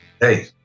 hey